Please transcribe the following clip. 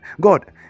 God